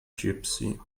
gipsy